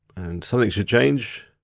and something should change,